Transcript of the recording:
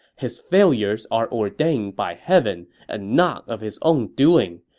his failures are ordained by heaven and not of his own doing.